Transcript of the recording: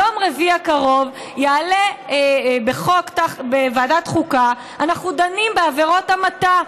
ביום רביעי הקרוב יעלה חוק בוועדת חוקה אנחנו דנים בעבירות המתה.